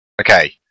Okay